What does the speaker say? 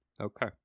Okay